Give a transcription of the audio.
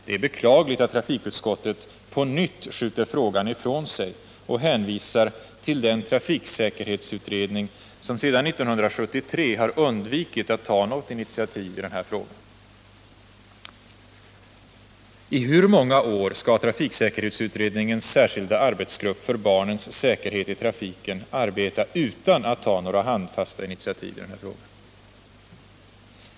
Det är beklagligt att trafikutskottet på nytt skjuter frågan ifrån sig och Trafiksäkerhet hänvisar till den trafiksäkerhetsutredning som sedan 1973 har undvikit att ta j något initiativ i den här frågan. I hur många år skall trafiksäkerhetsutredningens särskilda arbetsgrupp för barnens säkerhet i trafiken arbeta utan att ta några handfasta initiativ i den här frågan?